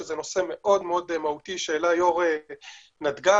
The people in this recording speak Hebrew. שזה נושא מאוד מאוד מהותי שהעלה יושב-ראש נתג"ז,